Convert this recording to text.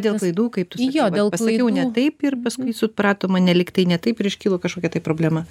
dėl klaidų kaip tu sakei vat pasakiau ne taip ir paskui suprato mane lyg tai ne taip ir iškilo kažkokia tai problema